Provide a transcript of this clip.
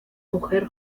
mujer